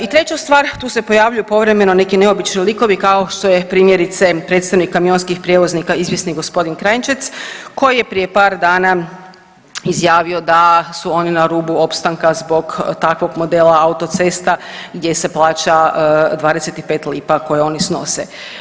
I treća stvar, tu se pojavljuje povremeno neki neobični likovi kao što je primjerice predstavnik kamionskih prijevoznika izvjesni g. Kranjčec koji je prije par dana izjavio da su oni na rubu opstanka zbog takvog modela autocesta gdje se plaća 25 lipa koje oni snose.